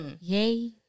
yay